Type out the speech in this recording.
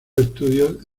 estudios